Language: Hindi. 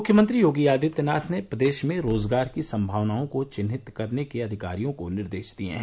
मुख्यमंत्री योगी आदित्यनाथ ने प्रदेश में रोजगार की संमावनाओं को चिन्हित करने के अधिकारियों को निर्देश दिए हैं